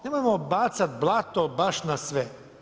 Nemojmo bacati blato baš na sve.